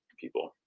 people